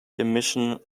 emission